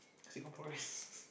Singaporeans